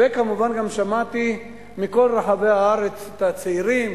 וכמובן, גם שמעתי מכל רחבי הארץ את הצעירים,